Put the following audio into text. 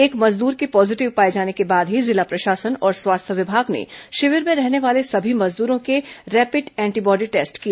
एक मजदूर के पॉजीटिव पाए जाने के बाद ही जिला प्रशासन और स्वास्थ्य विभाग ने शिविर में रहने वाले सभी मजदूरों के रैपिड एंटीबॉडी टेस्ट किया